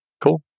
Cool